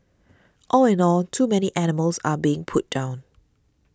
all in all too many animals are being put down